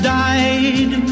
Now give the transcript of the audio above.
died